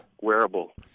wearable